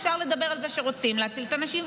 אפשר לדבר על זה שרוצים להציל את הנשים,